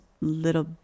little